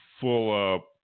full-up